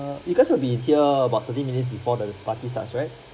err you guys will be here about thirty minutes before the party starts right